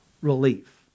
relief